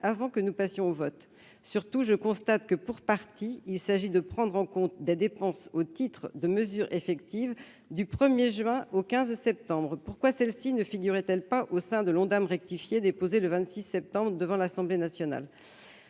avant que nous passions au vote. Surtout, je constate que, pour partie, il s'agit de prendre en compte des dépenses au titre de mesures effectives du 1 juin au 15 septembre. Pourquoi celles-ci ne figuraient-elles pas au sein de l'Ondam rectifié déposé le 26 septembre devant l'Assemblée nationale ?